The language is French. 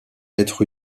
être